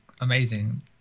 amazing